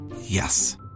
Yes